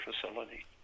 facility